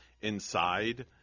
inside